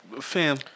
fam